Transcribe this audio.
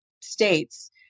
states